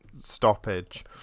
stoppage